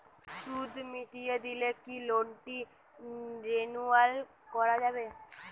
সুদ মিটিয়ে দিলে কি লোনটি রেনুয়াল করাযাবে?